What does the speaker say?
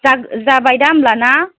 जा जाबायदा होनब्ला ना